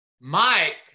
Mike